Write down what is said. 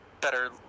better